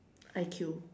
I_Q